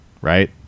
right